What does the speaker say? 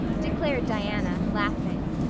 declared diana, laughing.